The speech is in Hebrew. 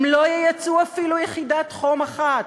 הם לא ייצאו אפילו יחידת חום אחת.